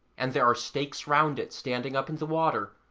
and there are stakes round it, standing up in the water,